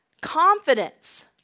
confidence